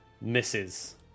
Misses